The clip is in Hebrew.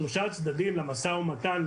שלושה צדדים למשא ומתן,